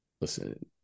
Listen